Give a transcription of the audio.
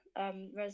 res